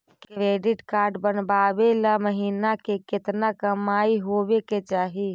Credit card बनबाबे ल महीना के केतना कमाइ होबे के चाही?